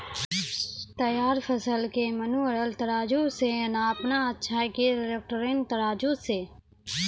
तैयार फसल के मेनुअल तराजु से नापना अच्छा कि इलेक्ट्रॉनिक तराजु से?